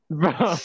bro